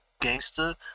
gangster